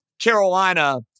Carolina